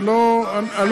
אני לא מתעקש.